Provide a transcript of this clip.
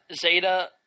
Zeta